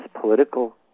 political